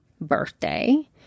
birthday